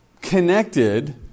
connected